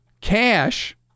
cash